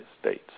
states